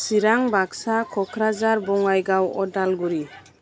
Chirang Baksa Kokrajhar Bongaigaon Udalguri